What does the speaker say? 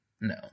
No